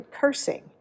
Cursing